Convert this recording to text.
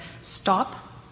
stop